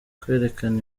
kwerekana